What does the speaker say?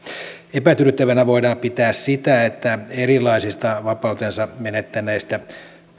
epätyydyttävänä voidaan pitää sitä että erilaisista vapautensa menettäneistä